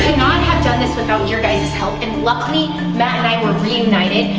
not have done this without your guys' help and luckily, matt and i were reunited,